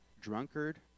drunkard